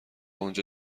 اونجا